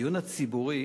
הדיון הציבורי